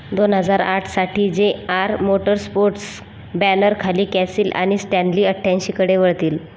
दोन हजार आठसाठी जे आर मोटर स्पोर्ट्स बॅनरखाली कॅसील आणि स्टँडली अठ्ठ्याऐंशीकडे वळतील